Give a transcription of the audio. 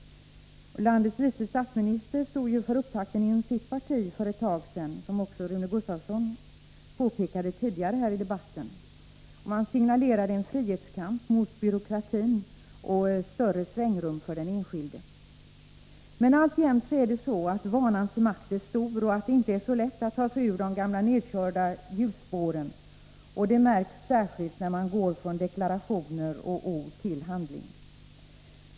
Landets vice statsminister stod för upptakten för ett tag sedan, vilket Rune Gustavsson påpekade tidigare i debatten. Man signalerade en frihetskamp mot byråkratin och större svängrum för den enskilde. Men alltjämt är vanans makt stor. Det är inte så lätt att ta sig ur de gamla nedkörda hjulspåren. Det märks särskilt när man går från deklarationer och ord till handling.